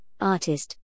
artist